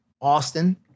Austin